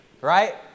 right